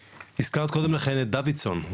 הזכרת קודם לכן את סימון דוידסון,